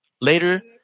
Later